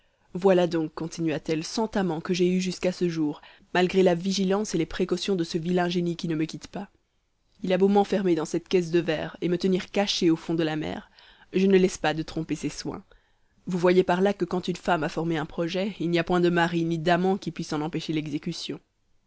voilà donc continua-t-elle cent amants que j'ai eus jusqu'à ce jour malgré la vigilance et les précautions de ce vilain génie qui ne me quitte pas il a beau m'enfermer dans cette caisse de verre et me tenir cachée au fond de la mer je ne laisse pas de tromper ses soins vous voyez par là que quand une femme a formé un projet il n'y a point de mari ni d'amant qui puisse en empêcher l'exécution